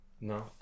No